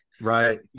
Right